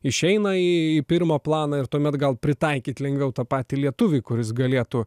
išeina į pirmą planą ir tuomet gal pritaikyt lengviau tą patį lietuvį kuris galėtų